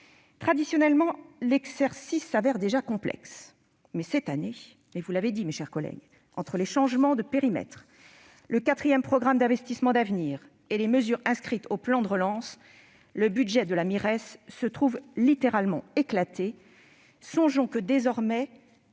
Traditionnellement, l'exercice s'avère déjà complexe ; mais cette année- vous l'avez dit, mes chers collègues -, entre les changements de périmètre, le quatrième programme d'investissements d'avenir et les mesures inscrites au plan de relance, le budget de la recherche et de l'enseignement supérieur se trouve littéralement éclaté. Songeons que, désormais,